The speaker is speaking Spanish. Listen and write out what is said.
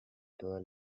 todas